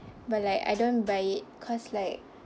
but like I don't buy it cause like